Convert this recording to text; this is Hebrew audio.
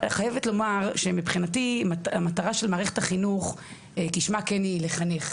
חייבת לומר שמבחינתי המטרה של מערכת החינוך כשמה כן היא לחנך,